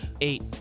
Eight